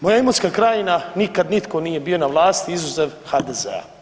Moja Imotska krajina, nikad nitko nije bio na vlasti izuzev HDZ-a.